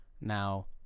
now